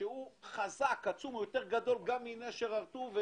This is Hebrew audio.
שהוא חזק, עצום, שהוא יותר גדול מנשר ומהר-טוב.